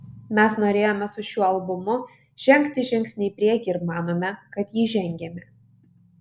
mes norėjome su šiuo albumu žengti žingsnį į priekį ir manome kad jį žengėme